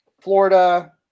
Florida